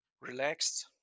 relaxed